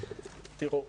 תראו,